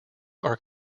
are